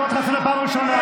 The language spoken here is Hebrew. אני קורא אותך לסדר פעם ראשונה.